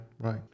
right